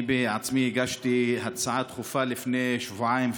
אני בעצמי הגשתי הצעה דחופה לפני שבועיים,